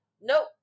Nope